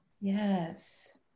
Yes